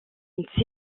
une